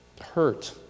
hurt